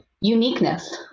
uniqueness